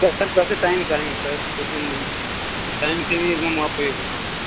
कैसे करते sign sir time से